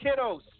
kiddos